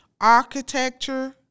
architecture